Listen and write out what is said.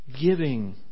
giving